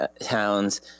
towns